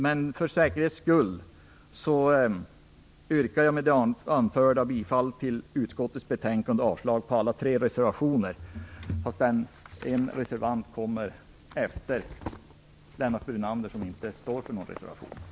Lennart Brunander, som inte står för någon reservation, har satts upp på talarlistan efter mig. För säkerhets skull yrkar jag med det anförda bifall till utskottets hemställan och avslag på samtliga tre reservationer.